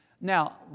Now